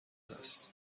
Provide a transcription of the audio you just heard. هست